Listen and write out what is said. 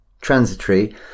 transitory